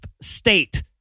state